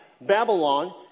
Babylon